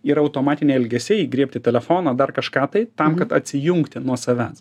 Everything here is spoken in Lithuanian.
ir automatinė elgesiai griebti telefoną dar kažką tai tam kad atsijungti nuo savęs